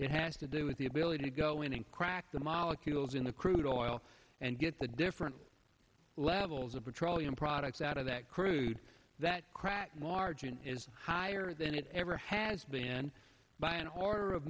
it has to do with the ability to go in and crack the molecules in the crude oil and get the different levels of petroleum products out of that crude that crack margin is higher than it ever has been by an order of